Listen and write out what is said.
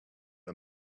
them